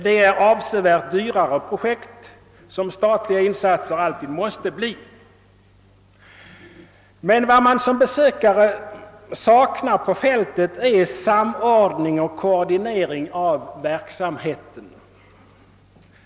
Det är avsevärt dyrare projekt, såsom alltid måste bli fallet med statliga insatser. Men vad man som besökare saknar på fältet är koordinering av verksamheten.